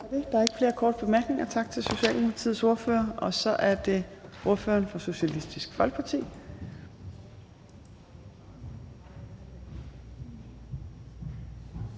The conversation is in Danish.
Der ikke flere korte bemærkninger, så tak til Socialdemokratiets ordfører. Så er det ordføreren for Socialistisk Folkeparti,